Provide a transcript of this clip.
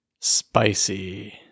Spicy